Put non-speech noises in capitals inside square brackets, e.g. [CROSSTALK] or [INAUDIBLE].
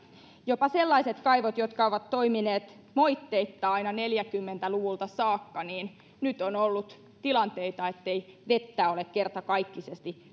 jopa sellaiset kaivot jotka ovat toimineet moitteitta aina neljäkymmentä luvulta saakka ja nyt on ollut tilanteita ettei vettä ole kertakaikkisesti [UNINTELLIGIBLE]